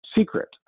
secret